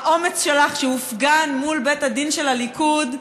האומץ שלך, שהופגן מול בית הדין של הליכוד,